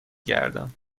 گردم